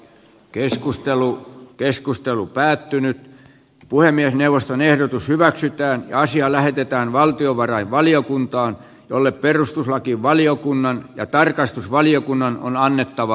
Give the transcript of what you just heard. keskustelu keskustelu päättynyt puhemiesneuvoston ehdotus hyväksytään asia lähetetään valtiovarainvaliokuntaan jolle perustuslakivaliokunnan ja tarkastusvaliokunnan on takaisin